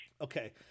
Okay